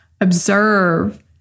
Observe